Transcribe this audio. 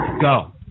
Go